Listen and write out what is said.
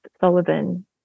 Sullivan